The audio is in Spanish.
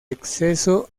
exceso